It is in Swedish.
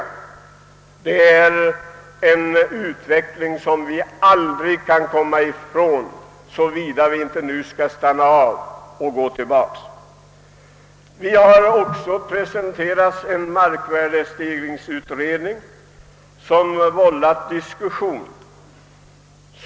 Vi måste göra på detta sätt, om inte utvecklingen skall stanna av eller om det inte rent av skall bli en tillbakagång. För inte länge sedan presenterades en utredning om markvärdestegringen, som vållat diskussion.